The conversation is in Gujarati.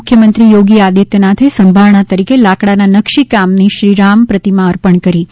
મુખ્યમંત્રી યોગી આદિત્યનાથે સંભારણા તરીકે લાકડાના નક્શી કામની શ્રી રામ પ્રતિમા અર્પણ કરી હતી